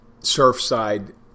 Surfside